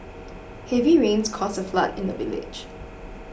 heavy rains caused a flood in the village